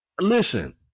listen